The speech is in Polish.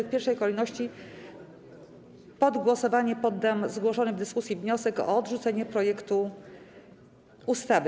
W pierwszej kolejności pod głosowanie poddam zgłoszony w dyskusji wniosek o odrzucenie projektu ustawy.